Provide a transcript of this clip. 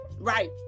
Right